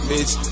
Bitch